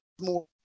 more